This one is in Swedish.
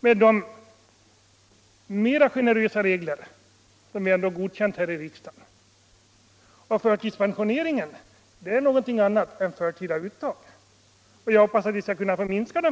med dess mera generösa regler som vi har godkänt här i riksdagen finns utrymme för att tillgodose människor som på grund av medicinska och arbetsmarknadsmässiga förhållanden inte kan fortsätta att arbeta efter 60 år.